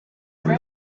than